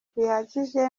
bihagije